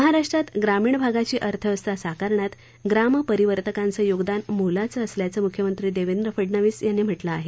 महाराष्ट्रात ग्रामीण भागाची अर्थव्यवस्था साकारण्यात ग्राम परिवर्तकांचं योगदान मोलाचं असल्याचं मुख्यमंत्री देवेंद्र फडणवीस यांनी म्हटलं आहे